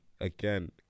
Again